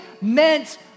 meant